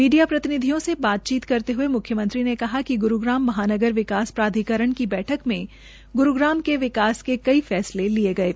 media प्रतिनिधियों से बातचीत करते हये मुख्यमंत्री ने कहा कि ग्रूग्राम महानगर विकास प्राधिकरण को बैठक में ग्रूग्राम के विकास के कई फैसले किये गये